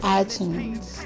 iTunes